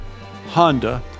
Honda